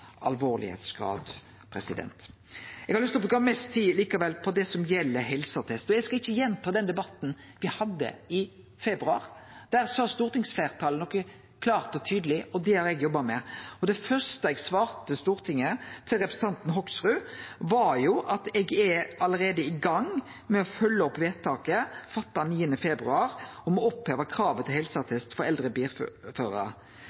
Eg har likevel lyst til å bruke mest tid på det som gjeld helseattest. Eg skal ikkje gjenta den debatten me hadde i februar. Der sa stortingsfleirtalet noko klart og tydeleg, og det har eg jobba med. Det første eg svarte Stortinget, til representanten Hoksrud, var at eg er allereie i gang med å følgje opp vedtaket fatta 9. februar, om å oppheve kravet til